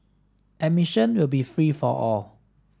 admission will be free for all